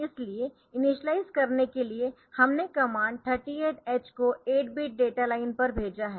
इसलिए इनिशियलाइज़ करने के लिए हमने कमांड 38h को 8 बिट डेटा लाइन पर भेजा है